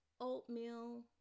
oatmeal